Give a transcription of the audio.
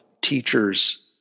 teachers